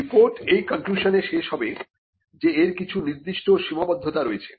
report এই কনক্লিউশনে শেষ হবে যে এর কিছু নির্দিষ্ট সীমাবদ্ধতা রয়েছে